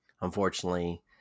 Unfortunately